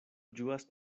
ĝuas